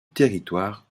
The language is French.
territoire